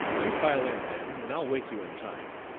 you pile in then, and i'll wake you in time,